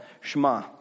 Shema